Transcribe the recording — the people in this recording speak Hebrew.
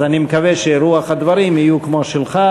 אז אני מקווה שרוח הדברים תהיה כמו שלך,